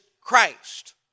Christ